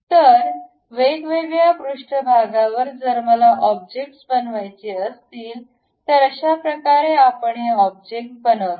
तर वेगवेगळ्या पृष्ठभागावर जर मला ऑब्जेक्ट्स बनवायचे असतील तर अशा प्रकारे आपण हे ऑब्जेक्ट बनवितो